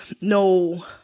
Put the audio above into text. no